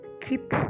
keep